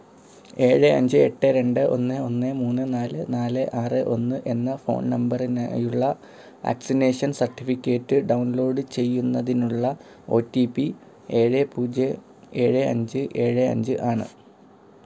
ഏഴ് അഞ്ച് എട്ട് രണ്ട് ഒന്ന് ഒന്ന് മൂന്ന് നാല് നാല് ആറ് ഒന്ന് എന്ന ഫോൺ നമ്പറിനായുള്ള വാക്സിനേഷൻ സർട്ടിഫിക്കേറ്റ് ഡൗൺലോഡ് ചെയ്യുന്നതിനുള്ള ഒ റ്റി പി ഏഴ് പൂജ്യം ഏഴ് അഞ്ച് ഏഴ് അഞ്ച് ആണ്